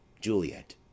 Juliet